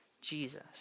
Jesus